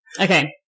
Okay